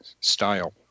Style